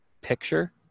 picture